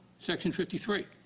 section fifty three.